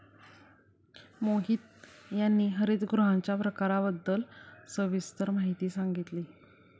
मोहित यांनी हरितगृहांच्या प्रकारांबद्दल सविस्तर सांगितले